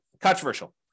controversial